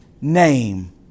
name